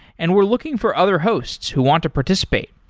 and we're looking for other hosts who want to participate.